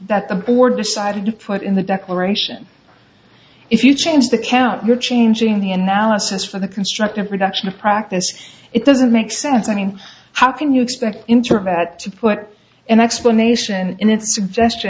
that the board decided to put in the declaration if you change the count you're changing the analysis for the constructive production of practice it doesn't make sense i mean how can you expect internet to put an explanation in its